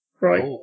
Right